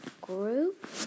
group